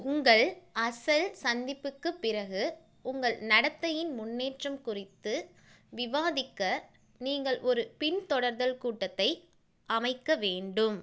உங்கள் அசல் சந்திப்புக்கு பிறகு உங்கள் நடத்தையின் முன்னேற்றம் குறித்து விவாதிக்க நீங்கள் ஒரு பின்தொடர்தல் கூட்டத்தை அமைக்க வேண்டும்